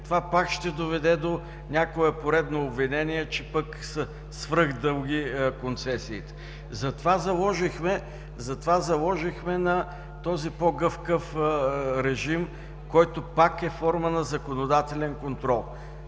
това пак ще доведе до някое поредно обвинение, че пък са свръхдълги концесиите. Затова заложихме на този по-гъвкав режим, който пак е форма на законодателен контрол.